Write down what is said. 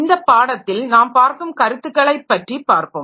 இந்த பாடத்தில் நாம் பார்க்கும் கருத்துக்களைப் பற்றிப் பார்ப்போம்